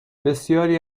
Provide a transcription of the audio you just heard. بسیاری